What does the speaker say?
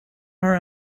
are